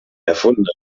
erfundene